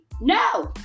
no